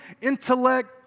intellect